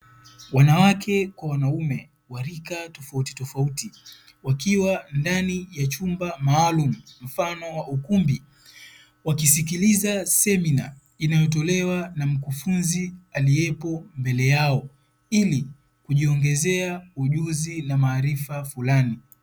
Wanawake kwa wanaume wa rika tofautitofauti wakiwa ndani ya chumba maalumu mfano wa ukumbi, wakisikiliza semina inayotolewa na mkufunzi aliyepo mbele yao ili kujiongezea ujuzi na maarifa fulani.